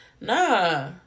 Nah